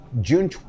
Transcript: June